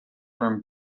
from